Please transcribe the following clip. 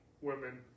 women